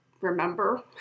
remember